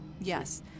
yes